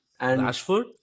Rashford